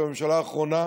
הממשלה האחרונה,